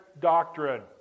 doctrine